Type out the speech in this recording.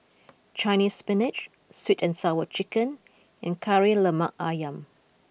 Chinese Spinach Sweet and Sour Chicken and Kari Lemak Ayam